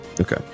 Okay